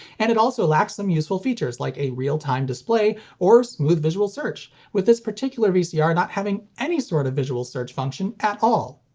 and it also lacks some useful features like a real time display or smooth visual search, with this particular vcr not having any sort of visual search function at all.